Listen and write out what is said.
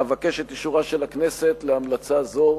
אבקש את אישורה של הכנסת להמלצה זו.